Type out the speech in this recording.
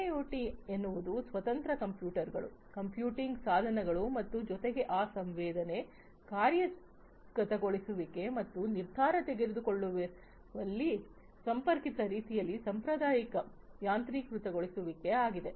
IIoT ಎನ್ನುವುದು ಸ್ವತಂತ್ರ ಕಂಪ್ಯೂಟರ್ಗಳು ಕಂಪ್ಯೂಟಿಂಗ್ ಸಾಧನಗಳು ಮತ್ತು ಜೊತೆಗೆ ಆ ಸಂವೇದನೆ ಕಾರ್ಯಗತಗೊಳಿಸುವಿಕೆ ಮತ್ತು ನಿರ್ಧಾರ ತೆಗೆದುಕೊಳ್ಳುವಲ್ಲಿ ಸಂಪರ್ಕಿತ ರೀತಿಯಲ್ಲಿ ಸಾಂಪ್ರದಾಯಿಕ ಯಾಂತ್ರೀಕೃತ ಗೊಳಿಸುವಿಕೆ ಆಗಿದೆ